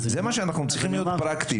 אנחנו צריכים להיות פרקטים.